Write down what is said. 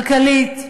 כלכלית,